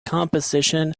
composition